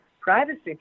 privacy